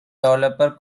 developer